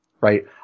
right